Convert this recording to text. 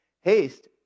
Haste